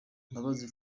mbabazi